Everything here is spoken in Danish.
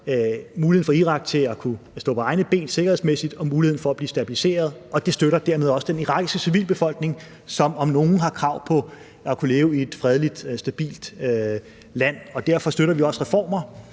muligheden for Irak til at kunne stå på egne ben sikkerhedsmæssigt og muligheden for at blive stabiliseret, og at det dermed også støtter den irakiske civilbefolkning, som om nogen har krav på at kunne leve i et fredeligt og stabilt land. Derfor støtter vi også reformer